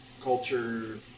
culture